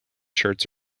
shirts